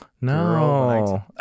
No